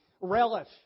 relish